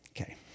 okay